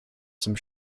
some